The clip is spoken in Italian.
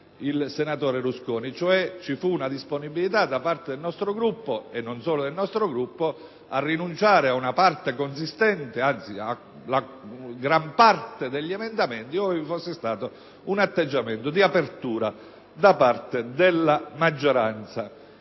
il senatore Rusconi. Cioè, ci fu una disponibilità da parte del nostro Gruppo (e non solo del nostro) a rinunciare a una parte consistente - anzi, alla gran parte - degli emendamenti, ove vi fosse stato un atteggiamento di apertura da parte della maggioranza.